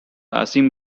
asim